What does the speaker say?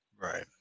Right